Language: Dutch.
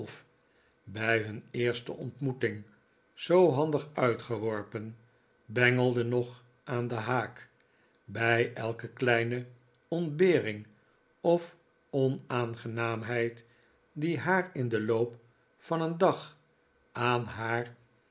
bij hun eerste ontmoeting zoo handig uitgeworpen bengelde nog aan den haak bij elke kleine ontbering of onaangenaamheid die haar in den loop van een dag aan haar